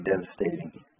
devastating